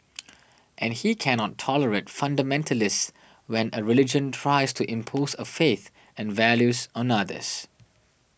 and he cannot tolerate fundamentalists when a religion tries to impose a faith and values on others